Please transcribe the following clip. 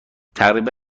تقریبا